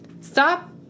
Stop